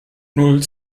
null